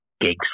gigs